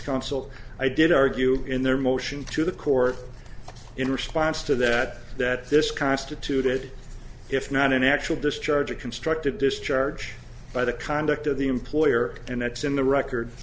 counsel i did argue in their motion to the court in response to that that this constituted if not an actual discharge a constructive discharge by the conduct of the employer and that's in the